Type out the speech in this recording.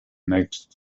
next